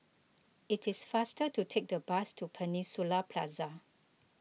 it is faster to take the bus to Peninsula Plaza